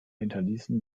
hinterließen